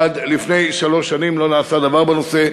עד לפני שלוש שנים לא נעשה דבר בנושא,